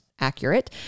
accurate